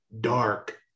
dark